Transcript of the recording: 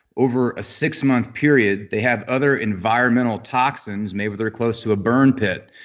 over a six-month period, they have other environmental toxins, maybe they're close to a burned pit,